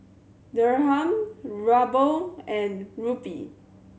Dirham Ruble and Rupee